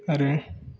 आरो